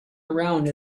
around